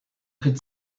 could